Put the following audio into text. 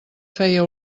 feia